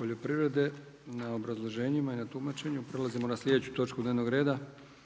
poljoprivrede na obrazloženjima i na tumačenju. **Jandroković, Gordan